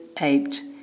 aped